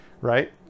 right